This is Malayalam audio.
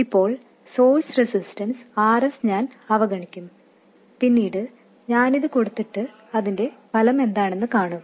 ഇപ്പോൾ സോഴ്സ് റെസിസ്റ്റൻസ് Rs ഞാൻ അവഗണിക്കും പിന്നീട് ഞാൻ ഇത് കൊടുത്തിട്ട് അതിന്റെ ഫലം എന്താണെന്ന് കാണും